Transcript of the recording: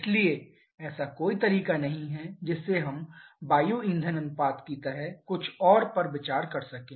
इसलिए ऐसा कोई तरीका नहीं है जिससे हम वायु ईंधन अनुपात की तरह कुछ और पर विचार कर सकें